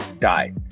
die